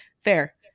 Fair